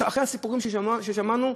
אחרי הסיפורים ששמענו,